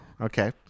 Okay